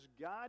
God